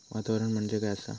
वातावरण म्हणजे काय असा?